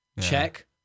check